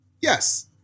Yes